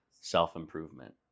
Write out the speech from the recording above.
self-improvement